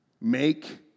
make